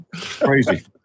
Crazy